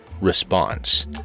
Response